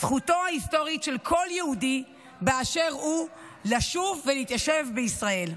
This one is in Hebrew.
זכותו ההיסטורית של כל יהודי באשר הוא לשוב ולהתיישב בישראל.